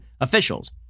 officials